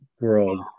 world